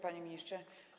Panie Ministrze!